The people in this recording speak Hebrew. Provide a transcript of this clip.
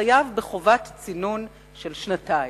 חייב בחובת צינון של שנתיים.